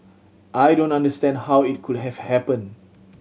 I don't understand how it could have happened